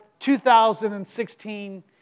2016